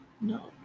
No